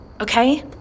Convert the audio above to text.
Okay